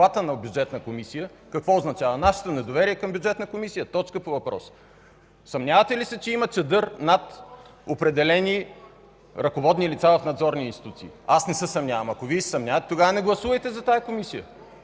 на Бюджетната комисия, какво означава? Нашето недоверие към Бюджетната комисия! Точка по въпроса! Съмнявате ли се, че има чадър над определени ръководни лица в надзорни институции? Аз не се съмнявам. Ако Вие се съмнявате, тогава не гласувайте за тази Комисия.